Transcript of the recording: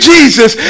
Jesus